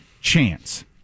chance